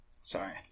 sorry